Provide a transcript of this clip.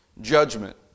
judgment